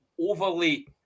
overly